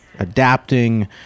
Adapting